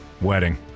wedding